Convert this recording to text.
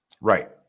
Right